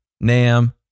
Nam